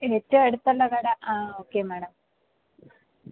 ഏറ്റവും അടുത്തുള്ള മാഡം ആ ഓക്കേ മാഡം